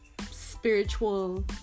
spiritual